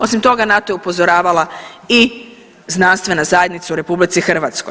Osim toga, na to je upozoravala i znanstvena zajednica u RH.